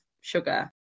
sugar